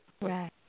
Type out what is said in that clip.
Right